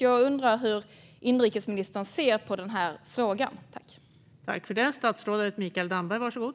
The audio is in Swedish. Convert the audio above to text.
Jag undrar hur inrikesministern ser på den här frågan.